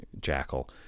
jackal